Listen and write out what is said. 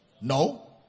No